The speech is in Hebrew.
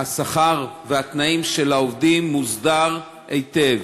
עניין השכר והתנאים של העובדים מוסדר היטב.